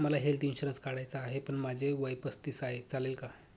मला health insurance काढायचा आहे पण माझे वय पस्तीस आहे, चालेल का?